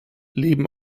leben